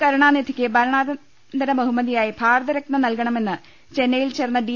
കരുണാനിധിക്ക് മരണാനന്തര ബഹുമതിയായി ഭാരത രത്ന നൽകണമെന്ന് ചെന്നൈയിൽ ചേർന്ന ഡി